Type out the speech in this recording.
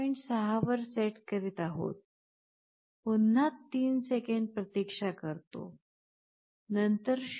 6 वर सेट करीत आहोत पुन्हा 3 सेकंद प्रतीक्षा करतो नंतर 0